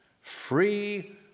free